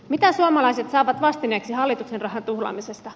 mitä suomalaiset saavat vastineeksi hallituksen rahan tuhlaamisesta